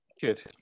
Good